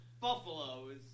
buffaloes